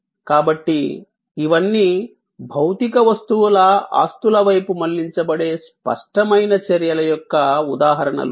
కాబట్టి ఇవన్నీ భౌతిక వస్తువుల ఆస్తుల వైపు మళ్ళించబడే స్పష్టమైన చర్యల యొక్క ఉదాహరణలు